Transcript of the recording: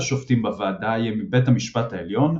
השופטים בוועדה יהיה מבית המשפט העליון,